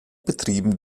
betrieben